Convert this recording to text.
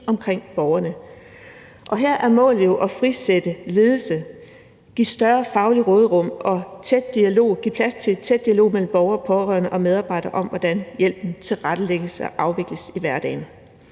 omkring borgerne. Her er målet jo at frisætte ledelse, give større fagligt råderum og give plads til tæt dialog mellem borgere og pårørende og medarbejdere om, hvordan hjælpen tilrettelægges og afvikles i hverdagene.